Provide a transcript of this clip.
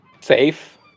safe